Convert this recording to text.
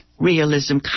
Realism